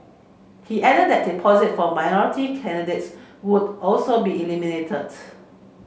he added that deposits for minority candidates would also be eliminated